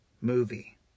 movie